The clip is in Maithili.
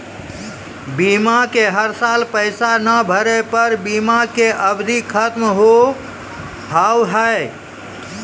बीमा के हर साल पैसा ना भरे पर बीमा के अवधि खत्म हो हाव हाय?